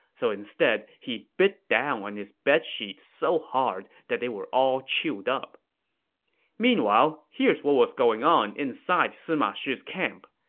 so instead, he bit down on his bedsheets so hard that they were all chewed up meanwhile, here's what was going on in sima shi's camp.